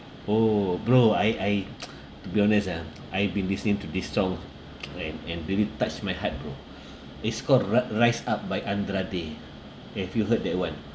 oh bro I I to be honest ah I've been listening to this song and and really touched my heart bro it's called ri~ rise up by andra day have you heard that one